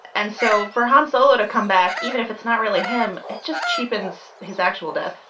and so for han solo to come back, even if it's not really him. it just cheapens his actual death.